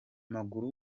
mugarura